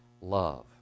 love